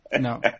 No